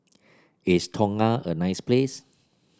is Tonga a nice place